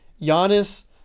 Giannis